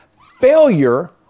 Failure